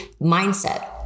mindset